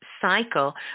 cycle